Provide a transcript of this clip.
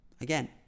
Again